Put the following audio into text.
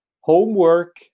homework